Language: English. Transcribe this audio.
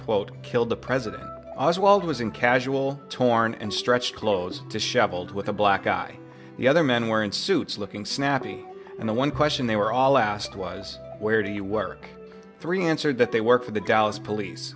killed the president as well who was in casual torn and stretched close to shoveled with a black guy the other men were in suits looking snappy and the one question they were all asked was where do you work three answered that they work for the dallas police